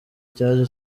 cyaje